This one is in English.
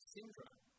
Syndrome